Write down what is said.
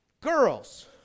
girls